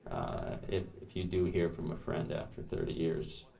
if if you do hear from a friend after thirty years.